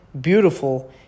beautiful